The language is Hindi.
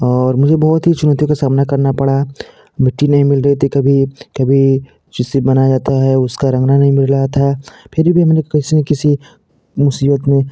और मुझे बहौत ही चुनौति का सामना पड़ा मिट्टी नहीं मिल रही थी कभी कभी जिससे बनाया जाता है उसका रंगना नहीं मिल रहा था फिर भी फिर भी मैने किसी न किसी मुसीबत में